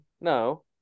No